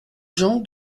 jean